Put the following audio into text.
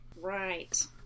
Right